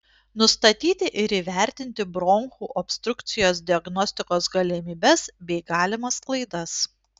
nustatyti ir įvertinti bronchų obstrukcijos diagnostikos galimybes bei galimas klaidas